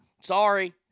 Sorry